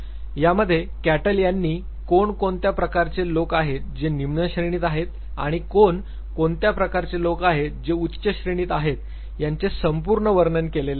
यामध्ये कॅटल यांनी कोण कोणत्या प्रकारचे लोक आहेत जे निम्नश्रेणीत आहेत आणि कोण कोणत्या प्रकारचे लोक आहेत जे उच्च श्रेणीत आहेत याचे संपूर्ण वर्णन केलेले आहे